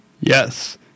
Yes